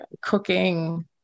cooking